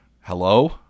hello